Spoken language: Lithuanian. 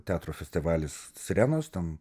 teatro festivalis sirenos ten